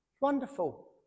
Wonderful